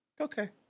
Okay